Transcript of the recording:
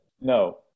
No